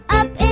up